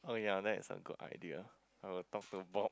oh ya that's a good idea I will talk to Bob